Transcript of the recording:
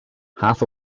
half